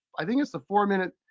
i think it's the four-minute,